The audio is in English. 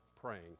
praying